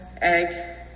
egg